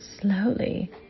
slowly